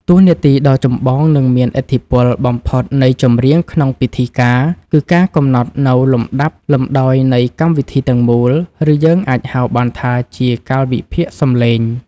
តួនាទីដ៏ចម្បង និងមានឥទ្ធិពលបំផុតនៃចម្រៀងក្នុងពិធីការ គឺការកំណត់នូវលំដាប់លំដោយនៃកម្មវិធីទាំងមូល ឬយើងអាចហៅបានថាជា «កាលវិភាគសម្លេង»។